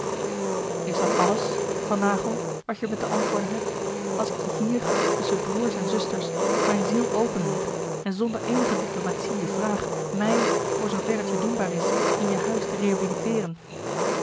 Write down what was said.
is dat alles van naghel wat je me te antwoorden hebt als ik je hier tusschen broêrs en zusters mijn ziel openleg en zonder eenige diplomatie je vraag mij voor zoo ver het je doenbaar is in je huis te